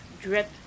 drip